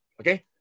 Okay